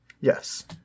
Yes